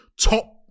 top